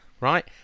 right